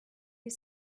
was